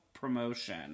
promotion